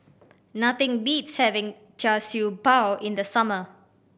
nothing beats having Char Siew Bao in the summer